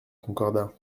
concordat